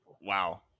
wow